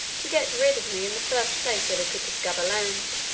to get rid of me in the first place where they could discover land.